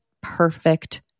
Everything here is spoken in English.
perfect